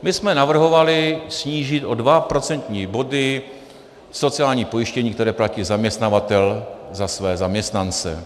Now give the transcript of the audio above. My jsme navrhovali snížit o 2 procentní body sociální pojištění, které platí zaměstnavatel za své zaměstnance.